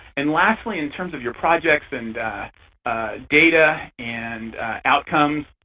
and lastly, in terms of your projects and data and outcomes,